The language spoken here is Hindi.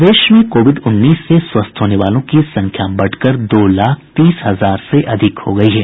प्रदेश में कोविड उन्नीस से स्वस्थ होने वालों की संख्या बढ़कर दो लाख तीस हजार से अधिक हो गयी है